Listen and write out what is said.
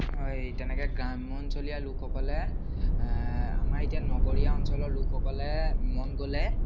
এই তেনেকৈ গ্ৰাম্যঞ্চলীয়া লোকসকলে আমাৰ এতিয়া নগৰীয়া অঞ্চলৰ লোকসকলে মন গ'লে